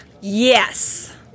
yes